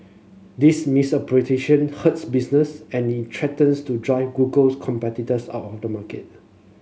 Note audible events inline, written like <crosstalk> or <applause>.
this <unintelligible> business and it threatens to drive Google's competitors out of the market